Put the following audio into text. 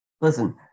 Listen